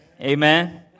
Amen